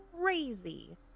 crazy